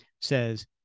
says